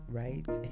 right